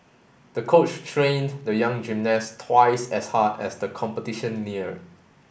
the coach trained the young gymnast twice as hard as the competition neared